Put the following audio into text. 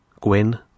Gwen